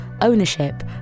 ownership